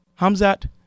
Hamzat